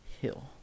Hill